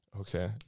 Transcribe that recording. Okay